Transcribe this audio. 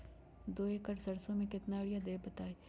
दो एकड़ सरसो म केतना यूरिया देब बताई?